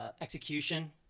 execution